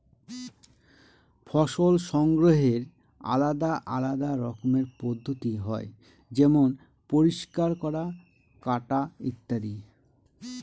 ফসল সংগ্রহের আলাদা আলদা রকমের পদ্ধতি হয় যেমন পরিষ্কার করা, কাটা ইত্যাদি